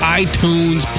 iTunes